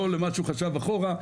לא למה שהוא חשב אחורה,